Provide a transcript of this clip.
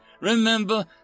Remember